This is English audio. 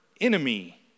enemy